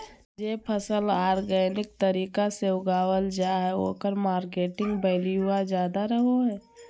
जे फसल ऑर्गेनिक तरीका से उगावल जा हइ ओकर मार्केट वैल्यूआ ज्यादा रहो हइ